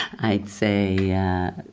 i'd say yeah